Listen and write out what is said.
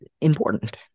important